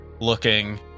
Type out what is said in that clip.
looking